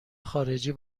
خارجی